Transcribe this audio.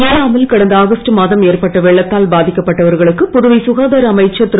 ஏனா மில் கடந்த ஆகஸ்டு மாதம் ஏற்பட்ட வெள்ளத்தால் பாதிக்கப் பட்டவர்களுக்கு புதுவை சுகாதார அமைச்சர் திரு